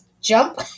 jump